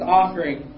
offering